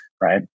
right